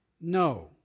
No